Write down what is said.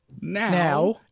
now